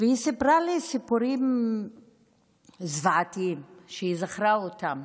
והיא סיפרה לי סיפורים זוועתיים, שהיא זכרה אותם.